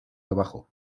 debajo